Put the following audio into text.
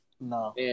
No